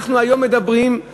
אנחנו היום מדברים על